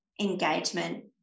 engagement